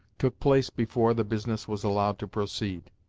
took place before the business was allowed to proceed.